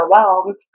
overwhelmed